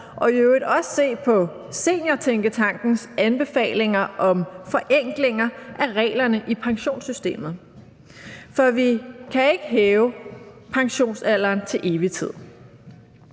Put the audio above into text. og i øvrigt også se på Seniortænketankens anbefalinger om forenklinger af reglerne i pensionssystemet, for vi kan ikke hæve pensionsalderen til evig tid.